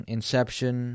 Inception